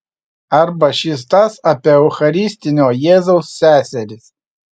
arba šis tas apie eucharistinio jėzaus seseris